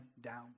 down